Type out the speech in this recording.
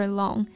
long